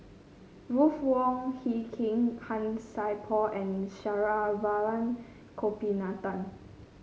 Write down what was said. Ruth Wong Hie King Han Sai Por and Saravanan Gopinathan